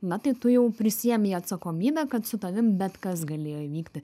na tai tu jau prisiėmei atsakomybę kad su tavim bet kas galėjo įvykti